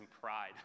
pride